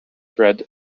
bread